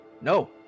No